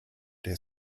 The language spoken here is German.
der